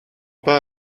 pas